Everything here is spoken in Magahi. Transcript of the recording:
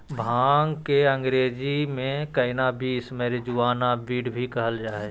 भांग के अंग्रेज़ी में कैनाबीस, मैरिजुआना, वीड भी कहल जा हइ